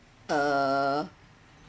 uh